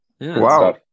Wow